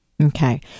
Okay